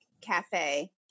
cafe